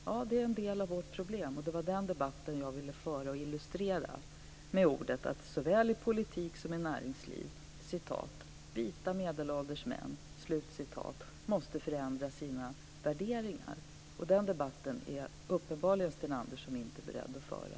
Ja, det är en del av vårt problem, och det var den debatten jag ville föra och illustrera med orden att såväl i politik som i näringsliv måste "vita medelålders män" förändra sina värderingar. Den debatten är Andersson uppenbarligen inte beredd att föra.